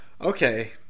Okay